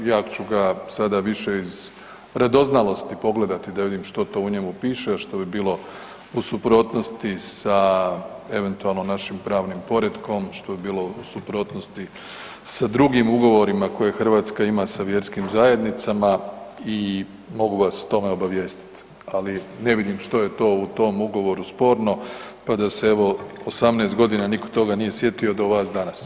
Ja ću ga, sada više iz radoznalosti pogledati da vidim što to u njemu piše, što bi bilo u suprotnosti sa eventualno našim pravnim poretkom, što bi bilo u suprotnosti sa drugim ugovorima koje Hrvatska ima sa vjerskim zajednicama i mogu vas o tome obavijestiti, ali ne vidim što je to u tom Ugovoru sporno pa da se evo, 18 godina nitko toga nije sjetio do vas danas.